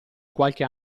qualche